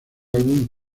álbum